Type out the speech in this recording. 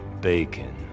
Bacon